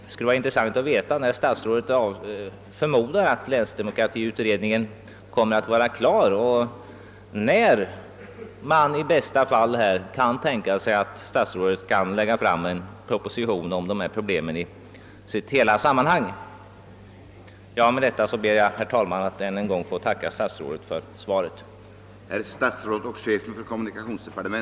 Det skulle vara intressant att få veta vid vilken tidpunkt statsrådet förmodar att länsdemokratiutredningen kommer att vara klar och när statsrådet kan tänka sig att i bästa fall framlägga en proposition om dessa problem i hela deras vidd. Med det anförda, herr talman, ber jag än en gång att få tacka statsrådet för svaret på min interpellation.